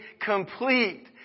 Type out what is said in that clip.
complete